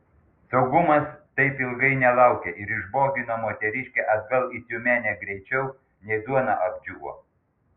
saugumas taip ilgai nelaukė ir išbogino moteriškę atgal į tiumenę greičiau nei duona apdžiūvo